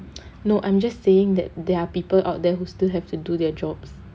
no I'm just saying that there are people out there who still have to do their jobs